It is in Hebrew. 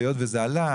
היות וזה עלה,